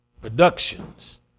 productions